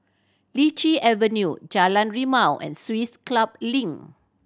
Lichi Avenue Jalan Rimau and Swiss Club Link